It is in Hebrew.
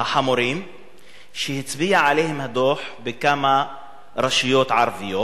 החמורים שהצביע עליהם הדוח בכמה רשויות ערביות.